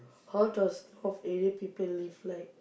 how does north area people live like